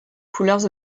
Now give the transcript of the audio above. couleurs